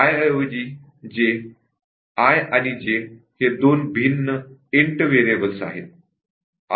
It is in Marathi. आय आणि जे हे दोन भिन्न इंट व्हेरिएबल आहेत